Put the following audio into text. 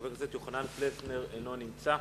חבר הכנסת יוחנן פלסנר, אינו נמצא.